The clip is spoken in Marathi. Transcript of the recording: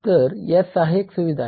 तर या सहाय्यक सुविधा आहेत